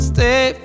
Stay